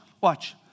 watch